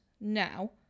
Now